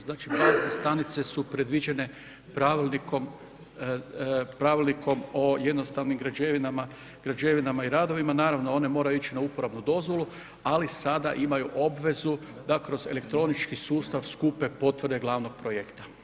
Znači bazne stanice su predviđene pravilnikom o jednostavnim građevinama, građevinama i radovima naravno, one moraju ići na uporabnu dozvolu ali sada imaju obvezu da kroz elektronički sustav skupe potvrde glavnog projekta.